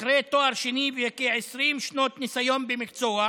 אחרי תואר שני וכ-20 שנות ניסיון במקצוע,